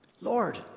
Lord